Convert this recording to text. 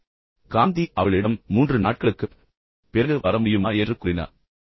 எனவே காந்தி அவளிடம் 3 நாட்களுக்குப் பிறகு வர முடியுமா என்று கூறினார்